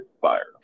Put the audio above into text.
fire